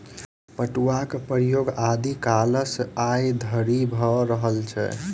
पटुआक प्रयोग आदि कालसँ आइ धरि भ रहल छै